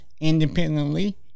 independently